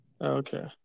Okay